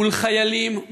מול חיילים,